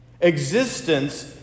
existence